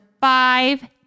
five